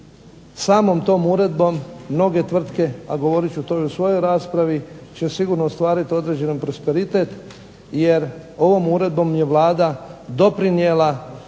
samom tom uredbom mnoge tvrtke, a govorit ću to i u svojoj raspravi će sigurno ostvariti određeni prosperitet, jer ovom uredbom je Vlada doprinijela